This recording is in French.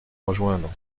rejoindre